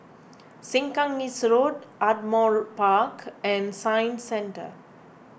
Sengkang East Road Ardmore Park and Science Centre